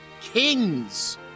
kings